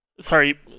sorry